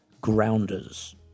grounders